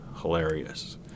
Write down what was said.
hilarious